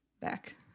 back